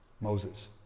Moses